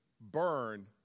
burn